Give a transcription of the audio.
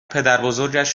پدربزرگش